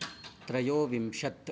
त्रयोविंशत्